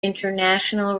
international